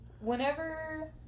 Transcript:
Whenever